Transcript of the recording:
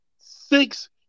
six